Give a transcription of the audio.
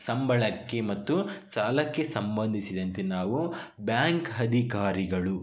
ಸಂಬಳಕ್ಕೆ ಮತ್ತು ಸಾಲಕ್ಕೆ ಸಂಬಂಧಿಸಿದಂತೆ ನಾವು ಬ್ಯಾಂಕ್ ಅಧಿಕಾರಿಗಳು